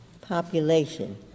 population